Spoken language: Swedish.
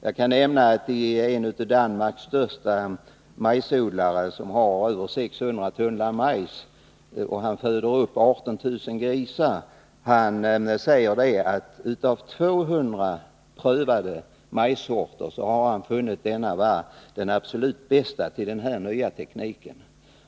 Jag kan nämna att en av Danmarks största majsodlare, som har över 600 tunnland majs och föder upp 18 000 grisar, 13 säger att av 200 prövade majssorter har han funnit denna vara den absolut bästa för den nya tekniken.